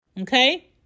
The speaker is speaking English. Okay